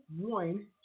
one